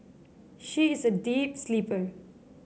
she is a deep sleeper